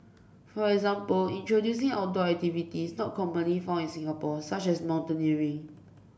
for example introducing outdoor activities not commonly found in Singapore such as mountaineering